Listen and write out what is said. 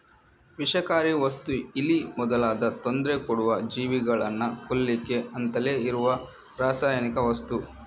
ವಿಷಕಾರಿ ವಸ್ತು ಇಲಿ ಮೊದಲಾದ ತೊಂದ್ರೆ ಕೊಡುವ ಜೀವಿಗಳನ್ನ ಕೊಲ್ಲಿಕ್ಕೆ ಅಂತಲೇ ಇರುವ ರಾಸಾಯನಿಕ ವಸ್ತು